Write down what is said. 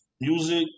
Music